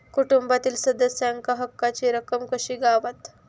कुटुंबातील सदस्यांका हक्काची रक्कम कशी गावात?